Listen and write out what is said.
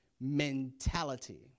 mentality